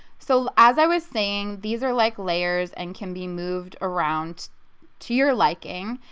so as i was saying these are like layers and can be moved around to your liking,